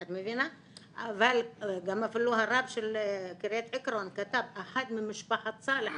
גם הרב של קרית עקרון כתב --- ממשפחת צאלח,